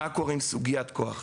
מה קורה עם סוגיית כוח אדם,